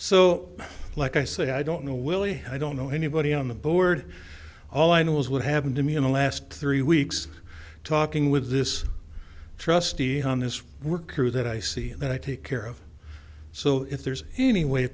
so like i say i don't know willie i don't know anybody on the board all i know is what happened to me in the last three weeks talking with this trustee and this were crew that i see that i take care of so if there's any way